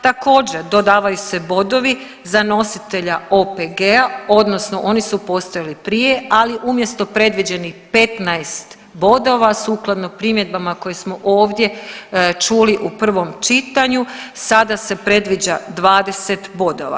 Također dodavaju se bodovi za nositelja OPG-a, odnosno oni su postojali prije, ali umjesto predviđenih 15 bodova, sukladno primjedbama koje smo ovdje čuli u prvom čitanju sada se predviđa 20 bodova.